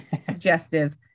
suggestive